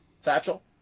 Satchel